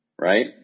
right